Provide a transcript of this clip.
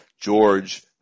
George